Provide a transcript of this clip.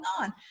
on